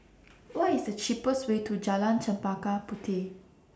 What IS The cheapest Way to Jalan Chempaka Puteh